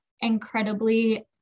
incredibly